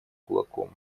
кулаком